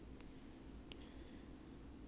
大我妹妹一年